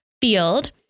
field